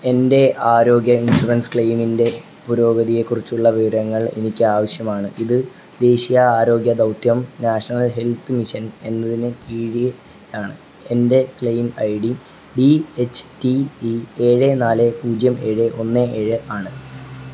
എൻറ്റെ ആരോഗ്യ ഇൻഷുറൻസ് ക്ലേയ്മിൻറ്റെ പുരോഗതിയേക്കുറിച്ചുള്ള വിവരങ്ങൾ എനിക്കാവശ്യമാണ് ഇത് ദേശീയ ആരോഗ്യ ദൗത്യം നാഷണൽ ഹെൽത്ത് മിഷൻ എന്നതിന് കീഴിൽ ആണ് എൻറ്റെ claim I D D H T E ഏഴ് നാല് പൂജ്യം ഏഴ് ഒന്ന് ഏഴ് ആണ്